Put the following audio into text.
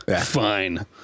Fine